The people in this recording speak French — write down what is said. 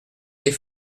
des